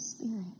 Spirit